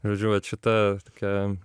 žodžiu vat šita tokia